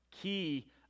key